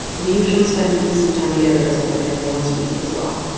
we usually spend some time together as a whole family once a week as well.